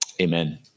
Amen